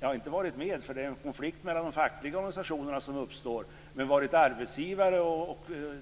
Jag har faktiskt varit arbetsgivare och